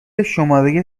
شماره